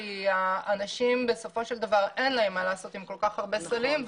כי לאנשים בסופו של דבר אין מה לעשות עם כל כך הרבה סלים,